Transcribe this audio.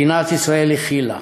ומדינת ישראל הכילה,